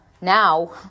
now